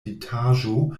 litaĵo